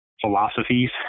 philosophies